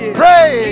pray